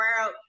world